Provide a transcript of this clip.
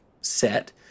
set